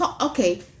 Okay